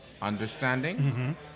Understanding